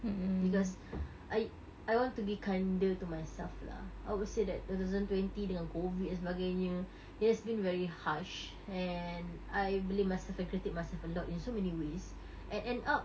because I I want to be kinder to myself lah I would say that two thousand twenty dengan COVID dan sebagainya it has been very harsh and I blame myself I critic myself a lot in so many ways and end up